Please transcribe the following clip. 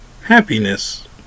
happiness